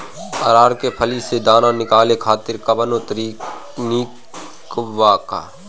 अरहर के फली से दाना निकाले खातिर कवन तकनीक बा का?